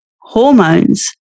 hormones